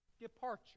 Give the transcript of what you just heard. departure